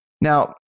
Now